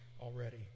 already